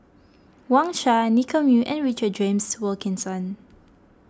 Wang Sha Nicky Moey and Richard James Wilkinson